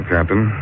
Captain